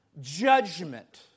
judgment